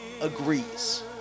agrees